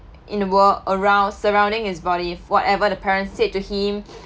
in the world around surrounding his body whatever the parents said to him